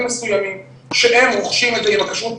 מסוימים שהם רוכשים את זה עם הכשרות.